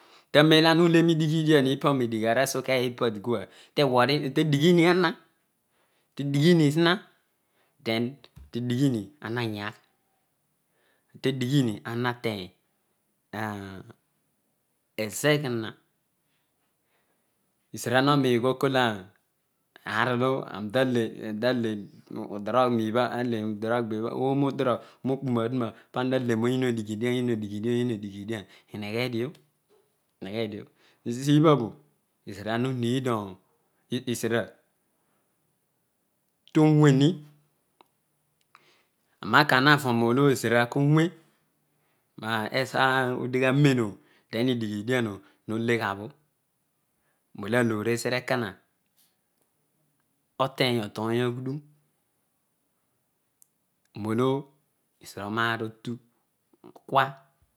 Taroemolo ana ule pedighe edian ipabho nedighara sokia pabho, tedighi ana tedighli ana ayaegh tedighri ara nteny ezeghina lzara horohgha okool aar olo aroatale areghe ooroo udurogh ooroo okporo aduna po yu adighedian iheghedio ihegledun esibhabha ezima hahead oh tower; aroina kaa hava lo ezria kovve, ezo odigharoen obh, unen bhogh edian obho hdeghabho roolo ahogi ezira ekoma oteny oodoom aghuduro mole ezira oraar otugh.